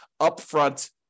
upfront